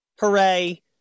Hooray